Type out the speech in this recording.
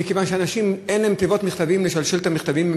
מכיוון שלאנשים אין תיבות מכתבים לשלשל את המכתבים,